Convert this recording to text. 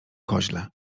koźle